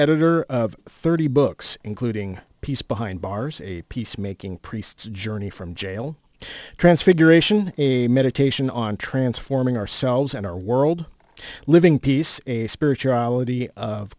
editor of thirty books including peace behind bars a peace making priest's journey from jail transfiguration a meditation on transforming ourselves and our world living peace a spirituality of